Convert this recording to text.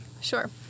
Sure